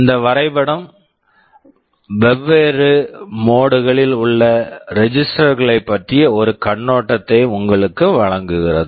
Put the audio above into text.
இந்த வரைபடம் வெவ்வேறு மோட் mode களில் உள்ள ரெஜிஸ்டர் register களைப் பற்றிய ஒரு கண்ணோட்டத்தை உங்களுக்கு வழங்குகிறது